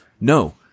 no